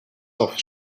off